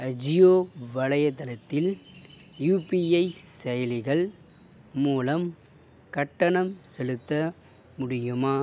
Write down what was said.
அஜியோ வலையத்தளத்தில் யூபிஐ செயலிகள் மூலம் கட்டணம் செலுத்த முடியுமா